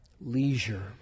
leisure